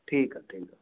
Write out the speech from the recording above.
ठीकु आहे ठीकु आहे